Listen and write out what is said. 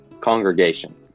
congregation